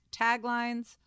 taglines